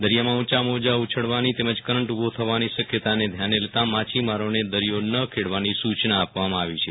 દરિયામાં ઉંચા મોજા ઉછળવાની તેમજ કરંટ ઉભો થવાની શક્યતાને ધ્યાનેલેતાં માછીમારોને દરિયો ન ખેડવાની સુ ચના આપવામાં આવી છે